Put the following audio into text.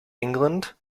england